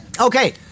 Okay